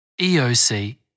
EOC